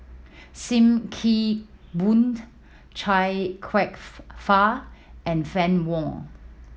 Sim Kee Boon Chia Kwek Fah and Fann Wong